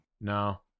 no